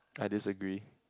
I disagree